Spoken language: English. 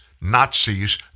Nazis